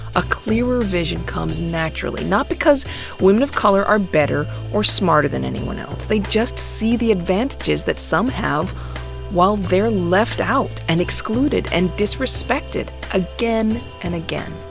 a clearer vision comes naturally. not because women of color are better or smarter than anyone else. they just see the advantages some have while they're left out, and excluded, and disrespected, again and again.